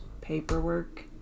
paperwork